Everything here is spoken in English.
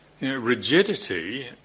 rigidity